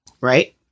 Right